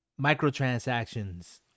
microtransactions